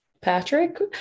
Patrick